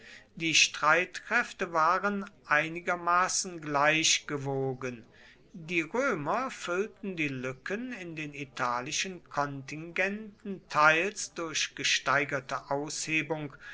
die streitkräfte waren einigermaßen gleich gewogen die römer füllten die lücken in den italischen kontingenten teils durch gesteigerte aushebung